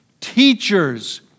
teachers